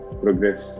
progress